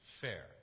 fair